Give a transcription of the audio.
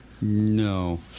No